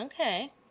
Okay